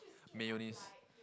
mayonnaise